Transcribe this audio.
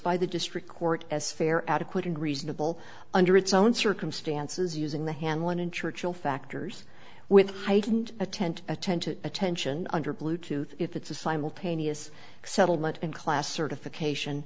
by the district court as fair adequate and reasonable under its own circumstances using the hand one incher chill factors with heightened attend attention attention under bluetooth if it's a simultaneous settlement and class certification